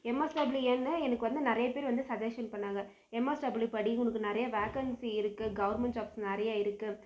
MSW ஏன்னா எனக்கு வந்து நிறையாப்பேர் வந்து சஜ்ஜசன் பண்ணாங்க எம்எஸ்டபுள்யூ படி உனக்கு நிறைய வேகன்ஸி இருக்கு கவர்மென்ட் ஜாப்ஸ் நிறைய இருக்கு